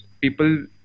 people